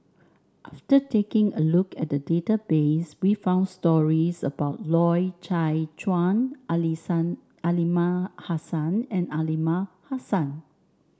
after taking a look at database we found stories about Loy Chye Chuan Aliman Hassan and Aliman Hassan